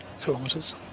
kilometers